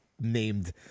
named